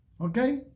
okay